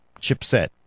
chipset